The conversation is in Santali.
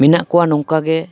ᱢᱮᱱᱟᱜ ᱠᱚᱣᱟ ᱱᱚᱝᱠᱟ ᱜᱮ